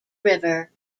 river